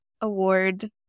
award